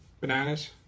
bananas